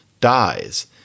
dies